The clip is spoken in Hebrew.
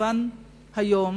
מובן היום